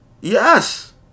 Yes